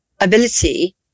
ability